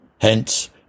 hence